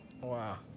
Wow